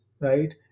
right